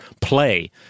play